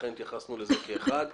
לכן התייחסנו לזה כאחד.